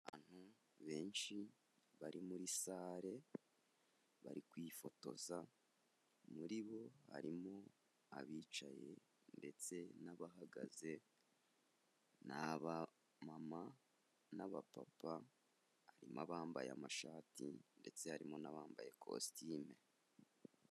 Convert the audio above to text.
Abantu benshi bari muri sale bari kwifotoza muri bo harimo abicaye ndetse n'abahagaze, ni abamama n'abapapa harimo abambaye amashati ndetse harimo n'abambaye kositime.